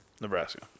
Nebraska